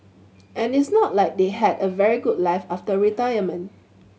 and it's not like they had a very good life after retirement